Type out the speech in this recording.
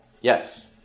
Yes